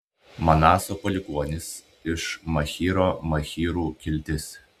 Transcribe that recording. manaso palikuonys iš machyro machyrų kiltis